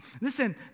Listen